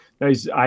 nice